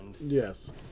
Yes